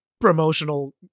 promotional